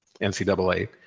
NCAA